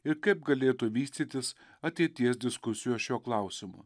ir kaip galėtų vystytis ateities diskusijos šiuo klausimu